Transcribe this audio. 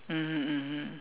mmhmm mmhmm